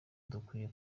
dukwiye